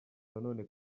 nanone